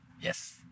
yes